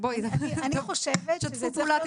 תשתפו פעולה.